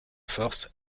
force